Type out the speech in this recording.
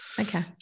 Okay